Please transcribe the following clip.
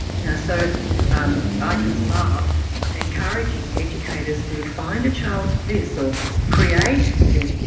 you know, so i just love encouraging educators to find a child's bliss or create their